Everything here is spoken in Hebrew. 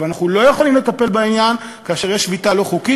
אבל אנחנו לא יכולים לטפל בעניין כאשר יש שביתה לא חוקית